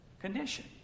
condition